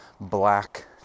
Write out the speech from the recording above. black